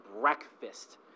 breakfast